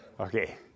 okay